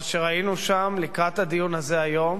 מה שראינו שם לקראת הדיון הזה היום